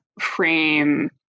frame